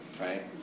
right